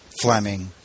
Fleming